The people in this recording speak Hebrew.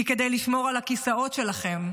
כי כדי לשמור על הכיסאות שלכם,